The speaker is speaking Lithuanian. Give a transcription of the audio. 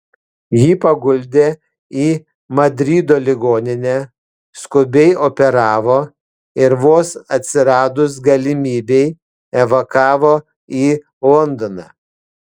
jį paguldė į madrido ligoninę skubiai operavo ir vos atsiradus galimybei evakavo į londoną